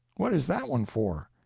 what is that one for?